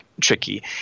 tricky